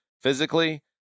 physically